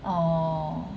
orh